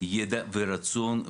ידע ורצון,